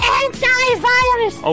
antivirus